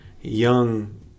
young